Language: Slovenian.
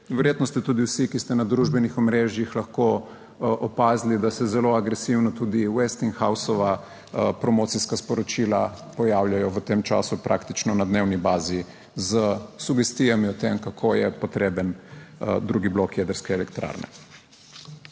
Verjetno ste tudi vsi, ki ste na družbenih omrežjih, lahko opazili, da se zelo agresivno tudi / nerazumljivo/ promocijska sporočila pojavljajo v tem času praktično na dnevni bazi s sugestijami o tem, kako je potreben drugi blok jedrske elektrarne.